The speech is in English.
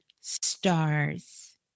stars